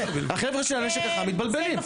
החבר'ה של הנשק החם מתבלבלים.